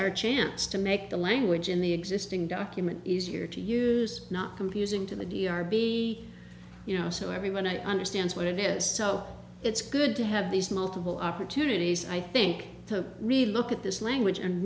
our chance to make the language in the existing document easier to use not computing to the d r b you know so everyone understands what it is so it's good to have these multiple opportunities i think to really look at this language and